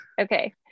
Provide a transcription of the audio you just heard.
Okay